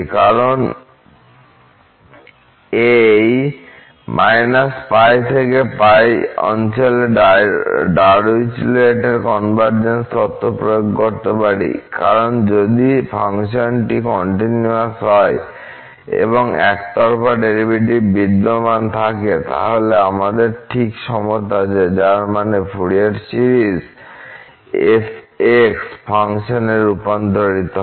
কারণ আমরা এই π π অঞ্চলে ডারঊইচলেট এর কনভারজেন্স তত্ত্ব প্রয়োগ করতে পারি কারণ যদি ফাংশনটি কন্টিনিউয়াস হয় এবং এর একতরফা ডেরিভেটিভ বিদ্যমান থাকে তাহলে আমাদের ঠিক সমতা আছে যার মানে ফুরিয়ার সিরিজ f ফাংশনে রূপান্তরিত হয়